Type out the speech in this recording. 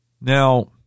Now